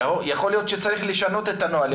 יכול להיות שצריך לשנות את הנוהל.